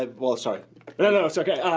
ah well, sorry. no, no, it's okay.